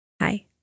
Hi